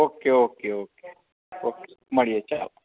okay okay okay okay મળીએ ચાલો